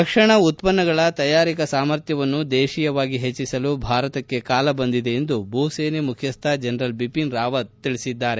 ರಕ್ಷಣಾ ಉತ್ಪನ್ನಗಳ ತಯಾರಿಕಾ ಸಾಮರ್ಥ್ಯವನ್ನು ದೇಶೀಯವಾಗಿ ಹೆಚ್ಚಿಸಲು ಭಾರತಕ್ಕೆ ಕಾಲ ಬಂದಿದೆ ಎಂದು ಭೂಸೇನೆ ಮುಖ್ಯಸ್ವ ಜನರಲ್ ಬಿಪಿನ್ ರಾವತ್ ತಿಳಿಸಿದ್ದಾರೆ